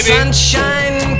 Sunshine